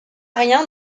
rien